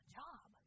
job